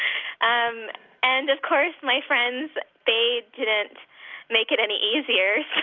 um and of course, my friends they didn't make it any easier.